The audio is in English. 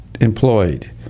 employed